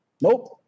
Nope